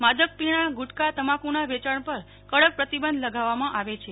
માદક પિણા ગુટકા તમાકુના વેચાણ પર કડક પ્રતિબંધ લગાવવામાં આવે છે